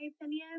opinion